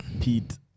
Pete